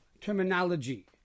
terminology